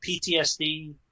ptsd